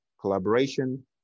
collaboration